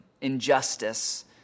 injustice